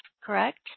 correct